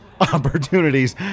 opportunities